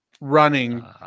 running